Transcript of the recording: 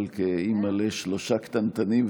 אבל כאימא לשלושה קטנטנים,